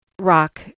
rock